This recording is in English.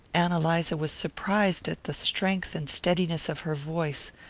ann eliza was surprised at the strength and steadiness of her voice.